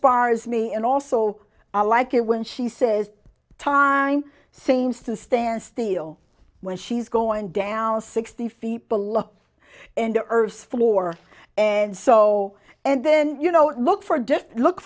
spars me and also i like it when she says time seems to stand still when she's going down sixty feet below and the earth's floor and so and then you know look for